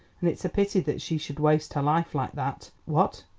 and it's a pity that she should waste her life like that. what,